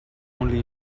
only